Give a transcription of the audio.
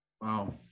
Wow